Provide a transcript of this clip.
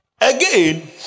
Again